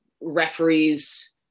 referees